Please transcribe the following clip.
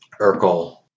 Urkel